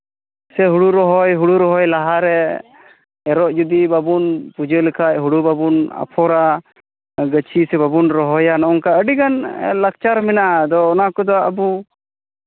ᱥᱮ ᱦᱩᱲᱩ ᱨᱚᱦᱚᱭ ᱦᱩᱲᱩ ᱨᱚᱦᱚᱭ ᱞᱟᱦᱟᱨᱮ ᱮᱨᱚᱜ ᱡᱩᱫᱤ ᱵᱟᱵᱚᱱ ᱯᱩᱡᱟᱹ ᱞᱮᱠᱷᱟᱱ ᱦᱩᱲᱩ ᱵᱟᱵᱚᱱ ᱟᱯᱷᱚᱨᱟ ᱜᱟᱹᱪᱷᱤ ᱥᱮ ᱵᱟᱵᱚᱱ ᱨᱚᱦᱚᱭᱟ ᱱᱚᱝᱠᱟ ᱟᱹᱰᱤᱜᱟᱱ ᱢᱮᱱᱟᱜᱼᱟ ᱚᱱᱟ ᱠᱚᱫᱚ ᱟᱵᱚ